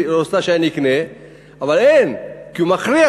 אבל הוא לא מגלגל את הפער הזה לצרכן,